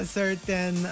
certain